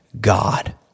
God